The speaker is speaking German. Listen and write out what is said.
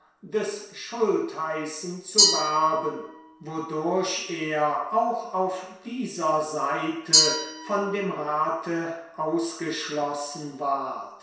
des schultheißen zu werben wodurch er auch auf dieser seite von dem rate ausgeschlossen werd